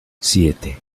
siete